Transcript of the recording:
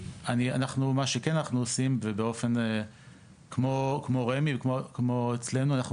מה שכן אנחנו עושים כמו רמ"י וכמו אצלנו אנחנו